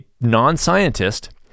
non-scientist